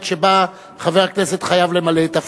שבה חבר הכנסת חייב למלא את תפקידו,